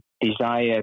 desire